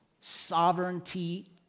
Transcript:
Sovereignty